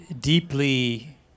deeply